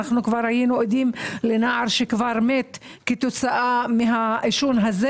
הינו עדים לנער שכבר מת כתוצאה מהעישון הזה.